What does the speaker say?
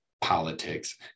politics